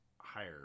higher